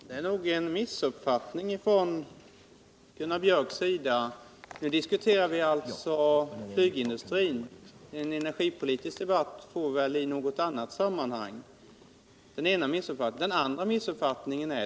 Herr talman! Gunnar Björk i Gävle måste ha missuppfattat situationen. Vi diskuterar ju nu flygindustrin. En energipolitisk debatt får vi föra i något annat sammanhang. Här föreligger också en annan missuppfattning.